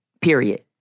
Period